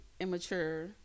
immature